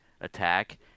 attack